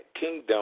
Kingdom